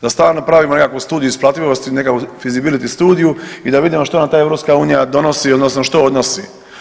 Da stalno pravimo nekakvu studiju isplativosti nekakvu Feasibility studiju i da vidimo što nam ta EU donosi odnosno što odnosi.